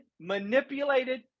manipulated